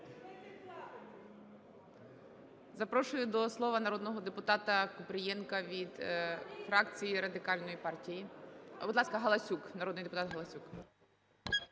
Запрошую до слова народного депутата Купрієнка від фракції Радикальної партії. Будь ласка, Галасюк, народний депутат Галасюк.